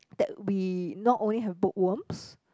that we not only have bookworms